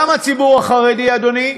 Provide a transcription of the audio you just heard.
גם הציבור החרדי, אדוני,